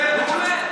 מעולה, מעולה.